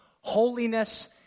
holiness